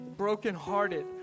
brokenhearted